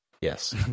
Yes